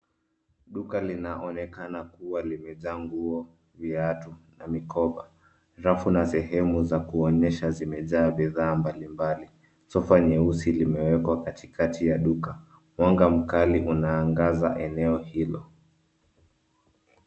Duka linaonekana kuwa limejaa nguo, viatu na mikoba. Rafu na sehemu za kuonyesha zimejaa bidhaa mbalimbali. Sofa nyeusi limewekwa katikati ya duka. Mwanga mkali unaangaza eneo hilo.